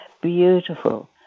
beautiful